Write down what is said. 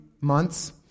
months